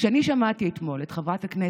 כשאני שמעתי אתמול את חברת הכנסת,